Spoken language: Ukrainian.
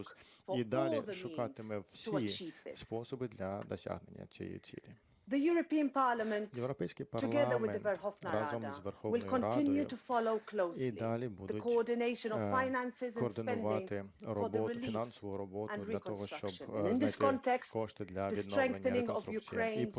і далі шукатиме всі способи для досягнення цієї цілі. Європейський парламент разом з Верховною Радою і далі будуть координувати роботу, фінансову роботу для того, щоб знайти кошти для відновлення і реконструкції.